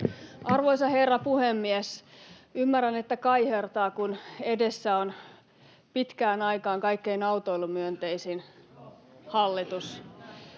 Arvoisa herra puhemies! Ymmärrän, että kaihertaa, kun edessä on pitkään aikaan kaikkein autoilumyönteisin hallitus.